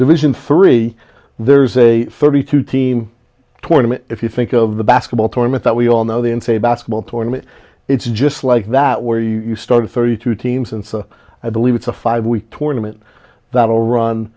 division three there's a thirty two team tournament if you think of the basketball tournament that we all know the in favor basketball tournament it's just like that where you started thirty two teams and so i believe it's a five week tournament that will run